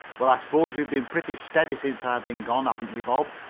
well, i s'pose you've been pretty steady since i've been gone, haven't you, bob?